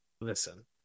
listen